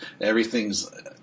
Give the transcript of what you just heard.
everything's